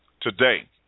today